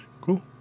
cool